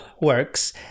works